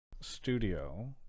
studio